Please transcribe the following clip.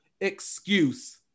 excuse